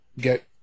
get